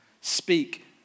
Speak